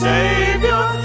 Savior